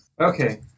Okay